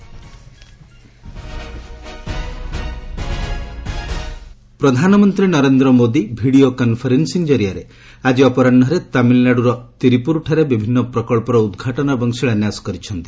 PM south India ପ୍ରଧାନମନ୍ତ୍ରୀ Narendra Modi video conferencing ଜରିଆରେ ଆଜି ଅପରାହୁରେ ତାମିଲନାଡୁର ତିରୁପୁରଠାରେ ବିଭିନ୍ନ ପ୍ରକଳ୍ପର ଉଦ୍ଘାଟନ ଏବଂ ଶିଳାନ୍ୟାସ କରିଛନ୍ତି